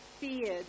feared